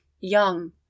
young